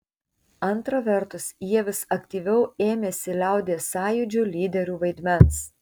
antra vertus jie vis aktyviau ėmėsi liaudies sąjūdžių lyderių vaidmens